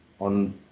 on